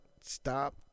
stop